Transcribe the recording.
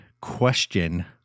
question